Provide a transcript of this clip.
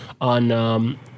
on